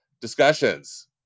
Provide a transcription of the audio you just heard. discussions